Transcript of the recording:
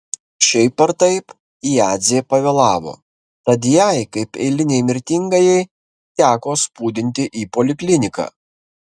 šiaip ar taip jadzė pavėlavo tad jai kaip eilinei mirtingajai teko spūdinti į polikliniką